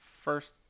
first